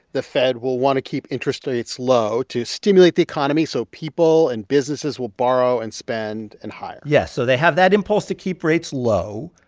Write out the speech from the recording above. the fed will want to keep interest rates low to stimulate the economy so people and businesses will borrow and spend and hire yeah so they have that impulse to keep rates low.